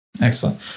Excellent